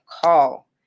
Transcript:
call